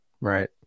Right